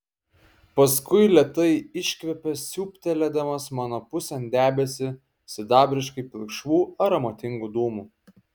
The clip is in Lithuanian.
paskui lėtai iškvėpė siūbtelėdamas mano pusėn debesį sidabriškai pilkšvų aromatingų dūmų